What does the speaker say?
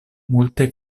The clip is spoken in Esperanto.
multe